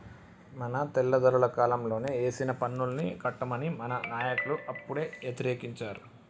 మన తెల్లదొరల కాలంలోనే ఏసిన పన్నుల్ని కట్టమని మన నాయకులు అప్పుడే యతిరేకించారు